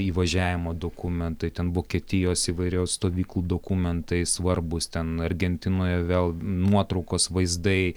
įvažiavimo dokumentai ten vokietijos įvairių stovyklų dokumentai svarbūs ten argentinoje vėl nuotraukos vaizdai